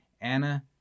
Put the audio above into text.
Anna